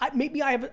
um maybe i but